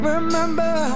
Remember